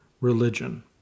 religion